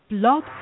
blog